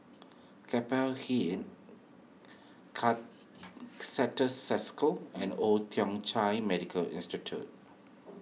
Keppel Hill car Certis Cisco and Old Thong Chai Medical Institute